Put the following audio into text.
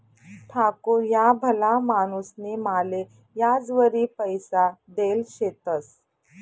ठाकूर ह्या भला माणूसनी माले याजवरी पैसा देल शेतंस